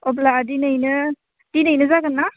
अब्ला दिनैनो दिनैनो जागोनना